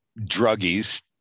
druggies